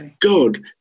god